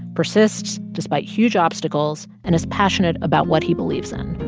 persists despite huge obstacles and is passionate about what he believes in.